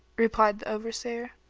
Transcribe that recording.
replied the overseer,